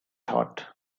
thought